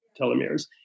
telomeres